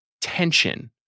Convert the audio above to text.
tension